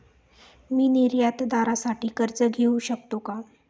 मी निर्यातदारासाठी कर्ज घेऊ शकतो का?